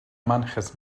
manches